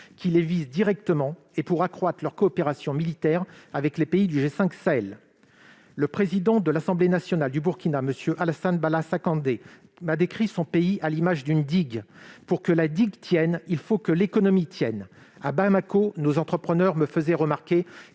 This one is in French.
qui les vise directement et pour accroître leur coopération militaire avec les pays du G5 Sahel ? Pour décrire la situation de son pays, le président de l'Assemblée nationale du Burkina, M. Alassane Bala Sakandé, a employé l'image d'une digue. Pour que la digue tienne, il faut que l'économie tienne. À Bamako, nos entrepreneurs me faisaient remarquer